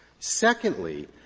secondly,